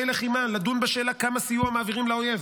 לחימה לדון בשאלה כמה סיוע מעבירים לאויב.